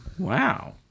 Wow